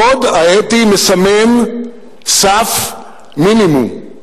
הקוד האתי מסמן סף מינימום,